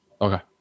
Okay